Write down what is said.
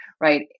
right